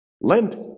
Lent